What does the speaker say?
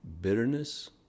Bitterness